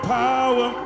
power